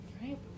Right